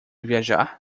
viajar